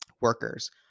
workers